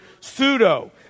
pseudo